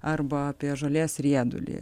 arba apie žolės riedulį